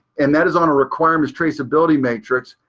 and that is on a requirements traceability matrix.